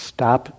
Stop